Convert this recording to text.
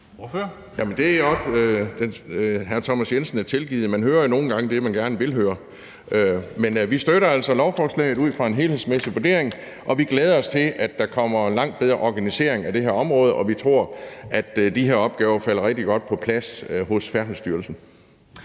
Lorentzen (V): Hr. Thomas Jensen er tilgivet. Man hører jo nogle gange det, man gerne vil høre. Men vi støtter altså lovforslaget ud fra en helhedsmæssig vurdering, og vi glæder os til, at der kommer en langt bedre organisering af det her område, og vi tror, at de her opgaver falder rigtig godt på plads hos Færdselsstyrelsen.